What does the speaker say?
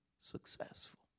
successful